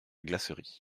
glacerie